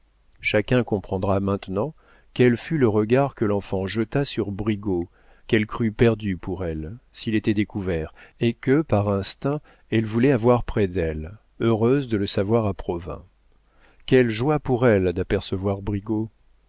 chacun comprendra maintenant quel fut le regard que l'enfant jeta sur brigaut qu'elle crut perdu pour elle s'il était découvert et que par instinct elle voulait avoir près d'elle heureuse de le savoir à provins quelle joie pour elle d'apercevoir brigaut